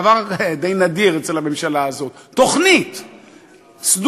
דבר די נדיר אצל הממשלה הזאת, תוכנית סדורה,